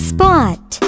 Spot